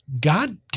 God